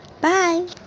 bye